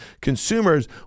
consumers